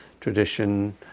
tradition